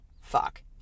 fuck